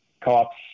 co-op's